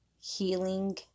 healing